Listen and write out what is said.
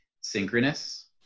synchronous